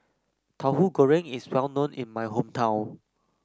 Tahu Goreng is well known in my hometown